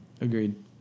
Agreed